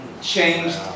changed